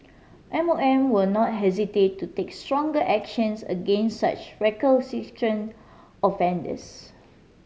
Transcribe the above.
M O M will not hesitate to take stronger actions against such recalcitrant offenders